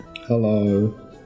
Hello